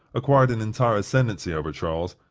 acquired an entire ascendency over charles,